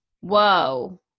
Whoa